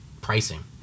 pricing